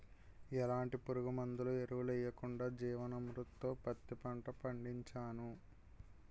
ఎలాంటి పురుగుమందులు, ఎరువులు యెయ్యకుండా జీవన్ అమృత్ తో పత్తి పంట పండించాను